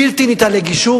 בלתי ניתן לגישור,